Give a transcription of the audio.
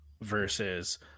versus